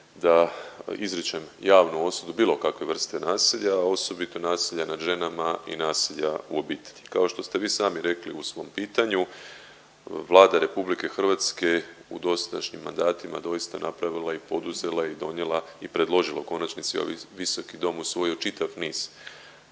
da izričem javnu osudu bilo kakve vrste nasilja, a osobito nasilja nad ženama i nasilja u obitelji. Kao što ste vi sami rekli u svom pitanju Vlada RH u dosadašnjim mandatima je doista napravila i poduzela i donijela i predložila u konačnici i ovaj visoki dom usvojio čitav niz